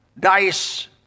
Dice